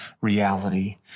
reality